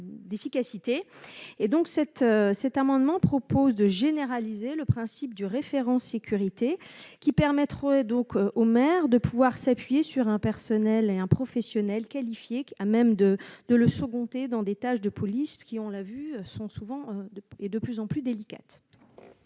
d'efficacité et donc cet cet amendement propose de généraliser le principe du référent sécurité qui permettrait donc aux maires de pouvoir s'appuyer sur un personnel est un professionnel qualifié qu'à même de de leçons dans des tâches de police qui ont l'a vue sont souvent de et de plus en plus délicate.